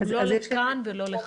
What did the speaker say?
הן לא לכאן ולא לכאן.